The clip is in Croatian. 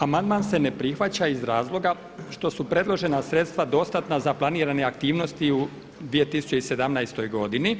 Amandman se ne prihvaća iz razloga što su predložena sredstva dostatna za planirane aktivnosti u 2017. godini.